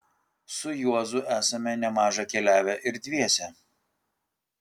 su juozu esame nemaža keliavę ir dviese